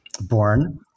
born